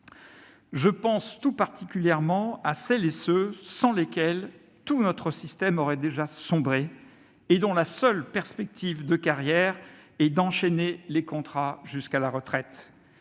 Je pense tout particulièrement à celles et à ceux sans lesquels tout notre système aurait déjà sombré et dont la seule perspective de carrière est d'enchaîner les contrats jusqu'à la retraite.